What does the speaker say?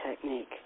technique